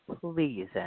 Please